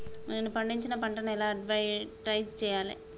నేను పండించిన పంటను ఎలా అడ్వటైస్ చెయ్యాలే?